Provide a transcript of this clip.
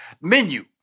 menu